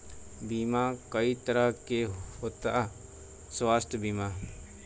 बीमा कई तरह के होता स्वास्थ्य बीमा?